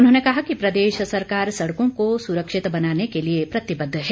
उन्होंने कहा कि प्रदेश सरकार सड़कों को सुरक्षित बनाने के लिए प्रतिबद्ध है